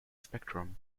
spectrum